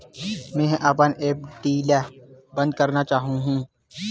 मेंहा अपन एफ.डी ला बंद करना चाहहु